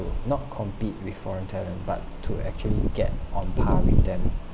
not compete with foreign talent but to actually get on par with them